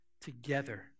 Together